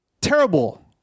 terrible